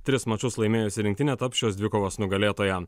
tris mačus laimėjusi rinktinė taps šios dvikovos nugalėtoja